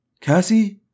Cassie